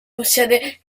possiede